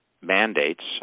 mandates